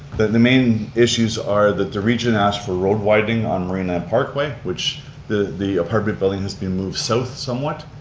the main issues are that the region asked for road widening on marineland parkway, which the the apartment building has been moved south somewhat.